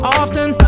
often